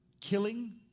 killing